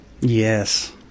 yes